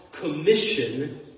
commission